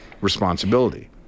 Responsibility